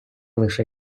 лише